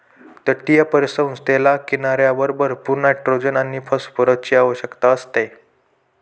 तटीय परिसंस्थेला किनाऱ्यावर भरपूर नायट्रोजन आणि फॉस्फरसची आवश्यकता असते